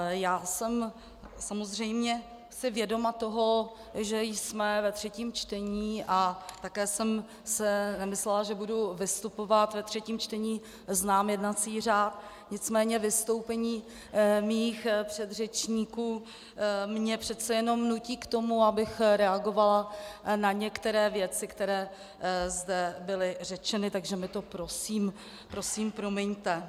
Já jsem samozřejmě si vědoma toho, že jsme ve třetím čtení, a také jsem si nemyslela, že budu vystupovat ve třetím čtení, znám jednací řád, nicméně vystoupení mých předřečníků mě přece jenom nutí k tomu, abych reagovala na některé věci, které zde byly řečeny, takže mi to prosím promiňte.